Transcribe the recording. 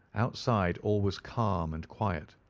outside all was calm and quiet.